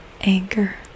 anchor